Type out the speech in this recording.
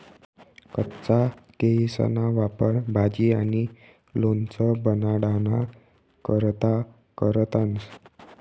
कच्चा केयीसना वापर भाजी आणि लोणचं बनाडाना करता करतंस